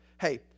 Hey